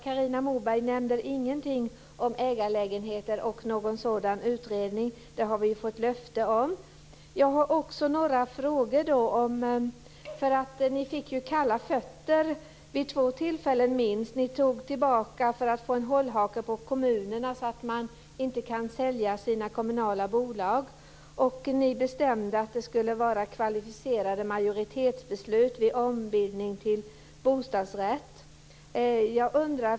Carina Moberg nämner ingenting om ägarlägenheter och en sådan utredning men där har vi ju fått ett löfte. Sedan har jag några frågor. Ni fick vid minst två tillfällen kalla fötter. Ni tog tillbaka för att få en hållhake på kommunerna så att man inte kan sälja sina kommunala bolag. Ni bestämde också om kvalificerat majoritetsbeslut vid ombildning till bostadsrätt.